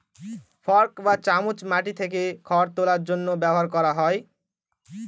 fork বা চামচ মাটি থেকে খড় তোলার জন্য ব্যবহার করা হয়